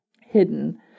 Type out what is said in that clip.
hidden